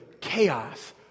Chaos